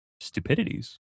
stupidities